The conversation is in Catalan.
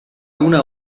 una